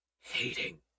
hating